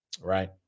right